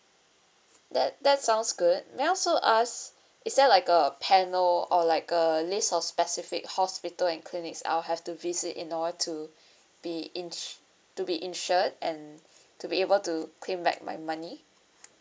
that that's sounds good may I also ask is there like a panel or like a list of specific hospital and clinics I'll have to visit in order to be ins~ to be insured and to be able to claim back my money